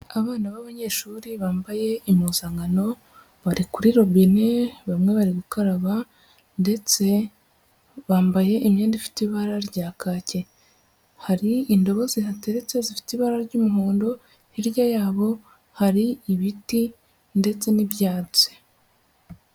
Abana b'abanyeshuri bambaye impuzankano bari kuri robine bamwe bari gukaraba ndetse bambaye imyenda ifite ibara rya kacye, hari indobo zihateretse zifite ibara ry'umuhondo, hirya yabo hari ibiti ndetse n'ibyatsi.